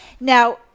Now